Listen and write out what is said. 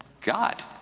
God